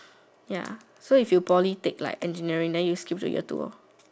ya so if you poly take like engineering then you skip to year two lor